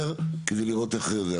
כדי לראות איך זה.